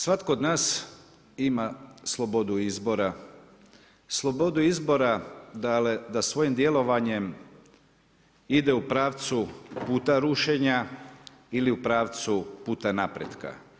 Svatko od nas ima slobodu izbora, slobodu izbora da svojim djelovanjem ide u pravcu puta rušenja ili u pravcu puta napretka.